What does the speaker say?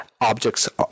objects